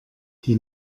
die